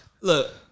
Look